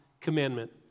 commandment